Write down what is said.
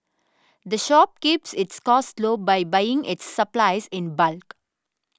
the shop keeps its costs low by buying its supplies in bulk